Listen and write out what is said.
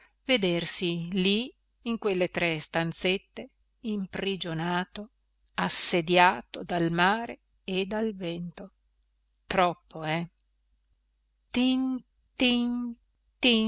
vedersi lì in quelle tre stanzette imprigionato assediato dal mare e dal vento troppo eh tin tin tin